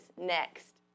next